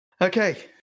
Okay